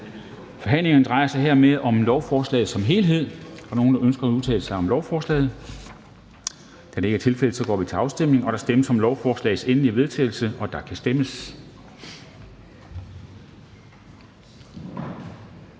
Forhandlingen drejer sig herefter om lovforslaget som helhed. Er der nogen, der ønsker at udtale sig om lovforslaget? Da det ikke er tilfældet, går vi til afstemning. Kl. 10:03 Afstemning Formanden (Henrik Dam Kristensen): Der stemmes